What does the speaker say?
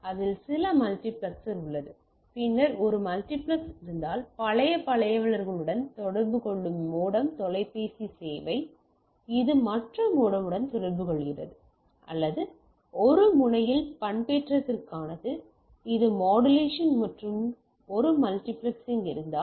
அதில் சில மல்டிபிளெக்சர் உள்ளது பின்னர் ஒரு மல்டிபிளக்ஸ் இருந்தால் பழைய பழையவர்களுடன் தொடர்பு கொள்ளும் மோடம் தொலைபேசி சேவை Refer Time 2659 இது மற்ற மோடமுடன் தொடர்புகொள்கிறது அல்லது இது ஒரு முனையில் பண்பேற்றத்திற்கானது இது டெமோடூலேஷன் மற்றும் பின்னர் ஒரு மல்டிபிளெக்சிங் இருந்தால்